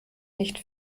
nicht